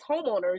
homeowners